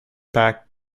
pack